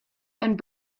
and